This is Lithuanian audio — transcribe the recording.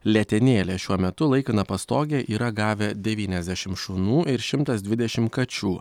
letenėlė šiuo metu laikiną pastogę yra gavę devyniasdešimt šunų ir šimtas dvidešimt kačių